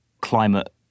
climate